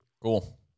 Cool